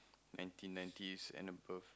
ninety nineties and above